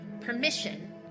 permission